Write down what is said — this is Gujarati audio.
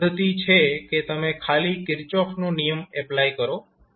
પહેલી પદ્ધતિ છે કે તમે ખાલી કિર્ચોફનો નિયમ Kirchhoff's law એપ્લાય કરો